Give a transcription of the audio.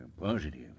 Positive